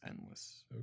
endless